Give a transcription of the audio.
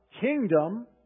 kingdom